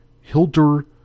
Hildur